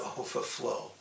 overflow